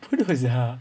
bodoh sia